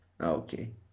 Okay